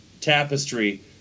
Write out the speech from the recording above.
tapestry